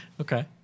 okay